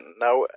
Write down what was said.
Now